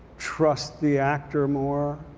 trust the actor more.